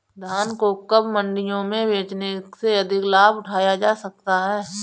धान को कब मंडियों में बेचने से अधिक लाभ उठाया जा सकता है?